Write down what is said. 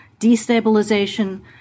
destabilization